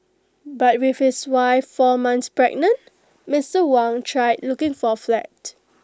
but with his wife four months pregnant Mister Wang tried looking for A flat